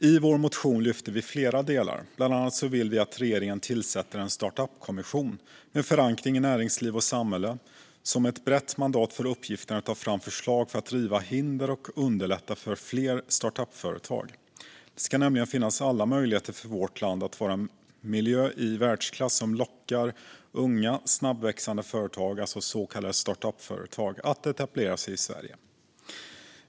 I vår motion lyfter vi flera delar. Bland annat vill vi att regeringen tillsätter en startup-kommission med förankring i näringsliv och samhälle som med ett brett mandat får uppgiften att ta fram förslag för att riva hinder och underlätta för fler startup-företag. Det ska nämligen finnas alla möjligheter för vårt land att vara en miljö i världsklass som lockar unga, snabbväxande företag, alltså så kallade startup-företag, att etablera sig i Sverige.